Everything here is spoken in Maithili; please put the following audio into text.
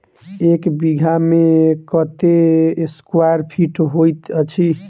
एक बीघा मे कत्ते स्क्वायर फीट होइत अछि?